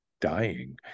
dying